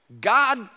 God